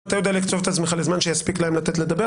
אם אתה יכול לקצוב את עצמך בזמן שיספיק להם לדבר,